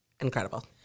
incredible